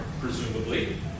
presumably